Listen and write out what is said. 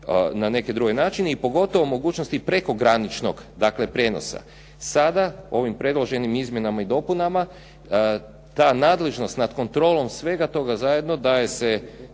na neke druge načine i pogotovo mogućnosti prekograničnog dakle prijenosa. Sada, ovim predloženim izmjenama i dopunama ta nadležnost nad kontrolom svega toga zajedno daje se